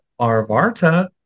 Arvarta